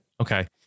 Okay